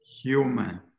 human